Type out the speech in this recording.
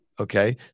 Okay